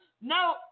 No